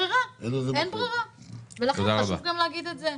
אין ברירה, אין ברירה, ולכן חשוב גם להגיד את זה.